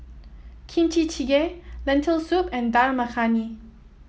Kimchi Jjigae Lentil Soup and Dal Makhani